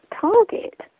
target